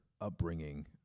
upbringing